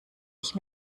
ich